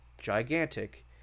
gigantic